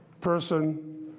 person